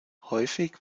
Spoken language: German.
häufig